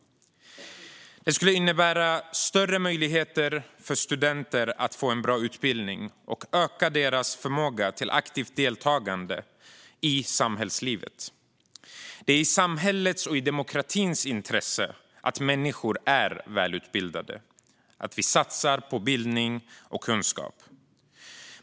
Det skulle innebära större möjligheter för studenter att få en bra utbildning och öka deras förmåga till aktivt deltagande i samhällslivet. Det är i samhällets och demokratins intresse att människor är välutbildade, att vi satsar på bildning och kunskap.